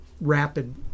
rapid